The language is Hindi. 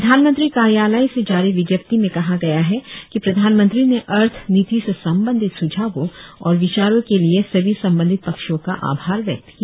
प्रधानमंत्री कार्यालय से जारी विज्ञप्ति में कहा गया है कि प्रधानमंत्री ने अर्थनीति से संबंधित सुझावों और विचारों के लिए सभी संबंधित पक्षों का आभार व्यक्त किया